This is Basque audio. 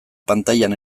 pantailan